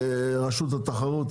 רשות התחרות,